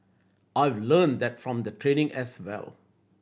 I learnt that from the training as well